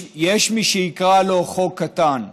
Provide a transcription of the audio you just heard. יש מי שיקרא לו חוק קטן.